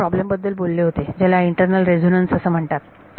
मी एका प्रॉब्लेम बद्दल बोलले होते ज्याला इंटरनल रेसोनन्स असे म्हणतात